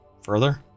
further